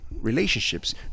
relationships